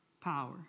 power